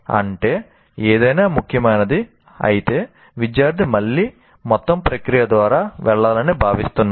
అంటే ఏదైనా ముఖ్యమైనది అయితే విద్యార్థి మళ్ళీ మొత్తం ప్రక్రియ ద్వారా వెళ్ళాలని భావిస్తున్నారు